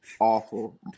awful